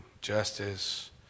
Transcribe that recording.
Justice